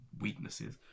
weaknesses